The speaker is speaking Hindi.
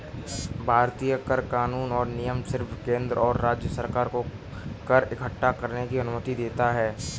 भारतीय कर कानून और नियम सिर्फ केंद्र और राज्य सरकार को कर इक्कठा करने की अनुमति देता है